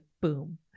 boom